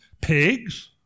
pigs